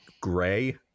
gray